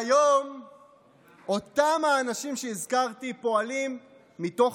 היום אותם האנשים שהזכרתי פועלים מתוך